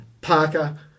Parker